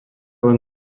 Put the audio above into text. len